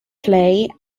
play